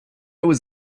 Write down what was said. was